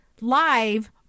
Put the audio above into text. live